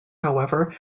however